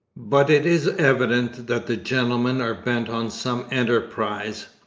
but it is evident that the gentlemen are bent on some enterprise,